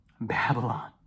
Babylon